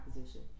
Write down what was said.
position